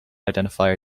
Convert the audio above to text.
identifier